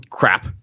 crap